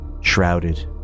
shrouded